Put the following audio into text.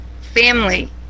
family